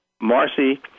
Marcy